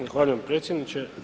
Zahvaljujem predsjedniče.